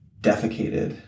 defecated